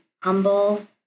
humble